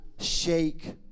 shake